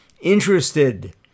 interested